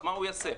מה יעשה?